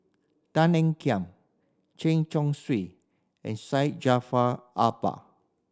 Tan Ean Kiam Chen Chong Swee and Syed Jaafar Albar